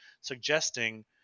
suggesting